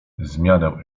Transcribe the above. zmianę